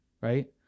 Right